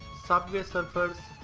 subway surfers,